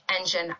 engine